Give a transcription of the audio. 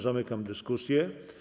Zamykam dyskusję.